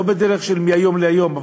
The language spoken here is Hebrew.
ולא בדרך של מהיום להיום,